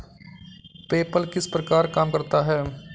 PayPal किस प्रकार काम करता है?